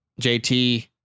JT